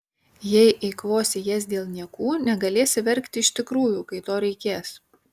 jei eikvosi jas dėl niekų negalėsi verkti iš tikrųjų kai to reikės